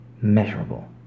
measurable